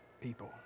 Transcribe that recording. people